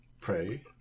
pray